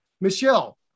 Michelle